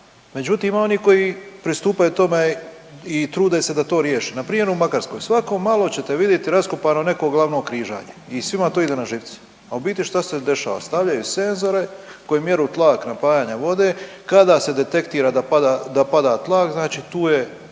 međutim ima i onih koji pristupaju tome i trude se da to riješe npr. u Makarskoj svako malo ćete vidit raskopano neko glavno križanje i svima to ide na živce. A u biti šta se dešava? Stavljaju senzore koje mjeru tlak napajanja vode kada se detektira da pada tlak znači tu je